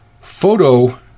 Photo